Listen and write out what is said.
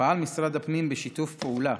פעל משרד הפנים בשיתוף פעולה